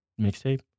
mixtape